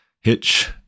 hitch